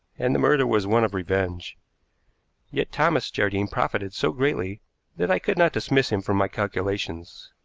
and the murder was one of revenge yet thomas jardine profited so greatly that i could not dismiss him from my calculations.